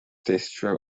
distro